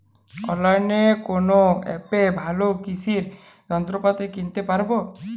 অনলাইনের কোন অ্যাপে ভালো কৃষির যন্ত্রপাতি কিনতে পারবো?